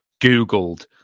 Googled